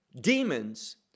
demons